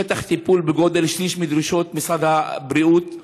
שטח טיפול בגודל שליש מדרישות משרד הבריאות,